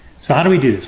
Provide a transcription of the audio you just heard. so how do we do this?